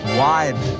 wide